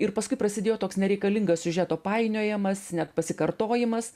ir paskui prasidėjo toks nereikalingas siužeto painiojamas net pasikartojimas